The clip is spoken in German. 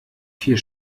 vier